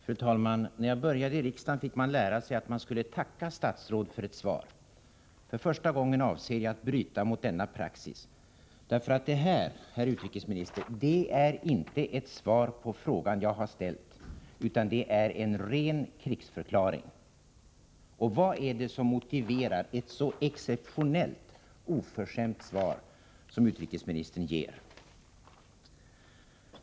Fru talman! När jag började i riksdagen fick man lära sig att man skulle tacka statsråd för ett svar. För första gången avser jag att bryta mot denna praxis. Det jag nu har fått, herr utrikesminister, är nämligen inte ett svar på den fråga jag har ställt, utan det är en ren krigsförklaring. Vad är det som motiverar ett så exceptionellt oförskämt svar som det utrikesministern ger?